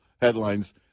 headlines